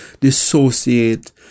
dissociate